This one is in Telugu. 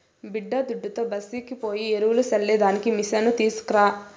బిడ్డాదుడ్డుతో బస్తీకి పోయి ఎరువులు చల్లే దానికి మిసను తీస్కరా